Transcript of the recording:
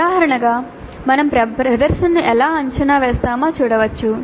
ఉదాహరణగా మనం ప్రదర్శనను ఎలా అంచనా వేస్తామో చూడవచ్చు